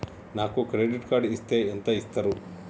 నాకు credit card ఇస్తే ఎంత ఇస్తరు?